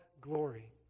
glory